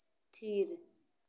ᱛᱷᱤᱨ